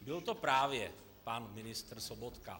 Byl to právě pan ministr Sobotka.